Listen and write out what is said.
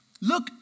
look